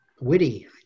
witty